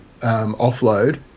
offload